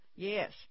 Yes